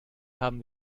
haben